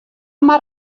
mar